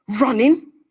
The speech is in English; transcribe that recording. running